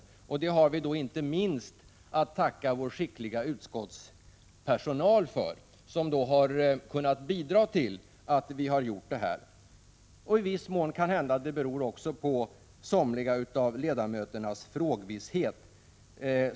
Det har vi inte minst att tacka vår skickliga utskottspersonal för. I viss mån kan det hända att det också beror på somliga ledamöters frågvishet.